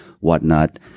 whatnot